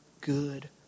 good